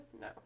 No